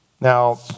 Now